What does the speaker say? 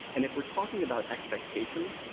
and if we're talking about expectations,